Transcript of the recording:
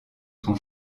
son